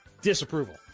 disapproval